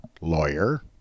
lawyer